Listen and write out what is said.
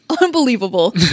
Unbelievable